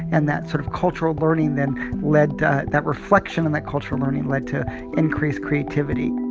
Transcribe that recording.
and that sort of cultural learning then led that that reflection on that cultural learning led to increased creativity